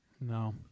No